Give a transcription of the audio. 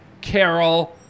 carol